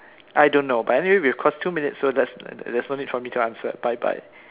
I don't know but anyway we've crossed two minutes so that's there's no need for me to answer bye bye